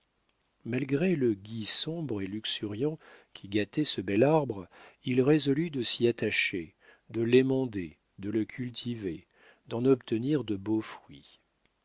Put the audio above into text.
malgré le gui sombre et luxuriant qui gâtait ce bel arbre il résolut de s'y attacher de l'émonder de le cultiver d'en obtenir de beaux fruits